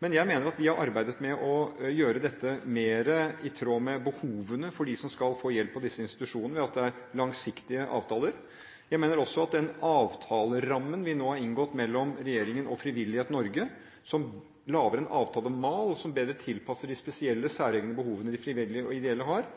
Jeg mener vi har arbeidet med å gjøre dette mer i tråd med behovene til dem som skal få hjelp av disse institusjonene, ved at det er langsiktige avtaler. Jeg mener også at den avtalerammen vi nå har inngått, mellom regjeringen og Frivillighet Norge, som lager en avtalemal som bedre tilpasser de spesielle, særegne behovene de frivillige og ideelle har,